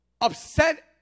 upset